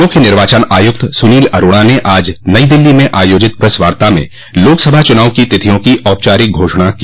मुख्य निर्वाचन आयुक्त सुनील अरोड़ा ने आज नई दिल्ली में आयोजित प्रेस वार्ता में लोकसभा चुनाव की तिथियों की औपचारिक घोषणा की